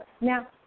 Now